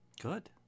Good